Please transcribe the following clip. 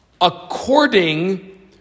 according